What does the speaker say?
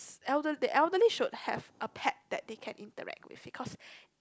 s~ the elderly should have a pact that they can interact with because